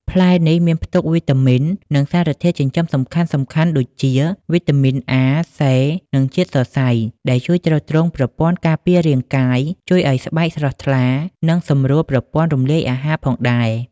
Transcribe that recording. ផ្លែនេះមានផ្ទុកវីតាមីន និងសារធាតុចិញ្ចឹមសំខាន់ៗដូចជា វីតាមីន អា សេ និង ជាតិសរសៃ ដែលជួយទ្រទ្រង់ប្រព័ន្ធការពាររាងកាយ ជួយឱ្យស្បែកស្រស់ថ្លា និងសម្រួលប្រព័ន្ធរំលាយអាហារផងដែរ។